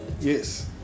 yes